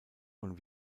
von